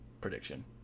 prediction